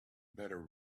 better